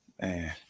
Man